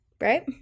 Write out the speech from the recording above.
right